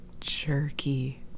Jerky